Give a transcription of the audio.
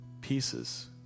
pieces